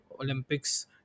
Olympics